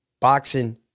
boxing